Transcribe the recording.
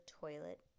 toilet